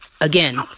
again